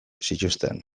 zituzten